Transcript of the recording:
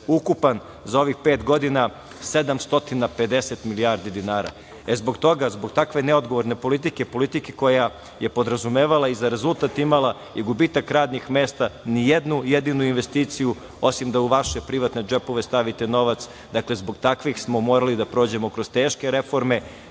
ukupan za ovih pet godina 750 milijardi dinara. E, zbog toga, zbog takve neodgovorne politike, politike koja je podrazumevala i za rezultat imala i gubitak radnih mesta, ni jednu jedinu investiciju osim da u vaše privatne džepove stavite novac, dakle zbog takvih smo morali da prođemo kroz teške reforme,